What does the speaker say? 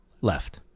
left